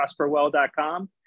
prosperwell.com